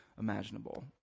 imaginable